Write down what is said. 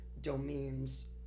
Domains